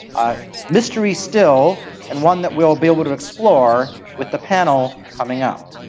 a mystery still and one that we will be able to explore with the panel coming up.